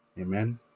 Amen